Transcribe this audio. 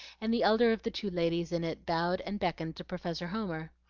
and the elder of the two ladies in it bowed and beckoned to professor homer.